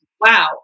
wow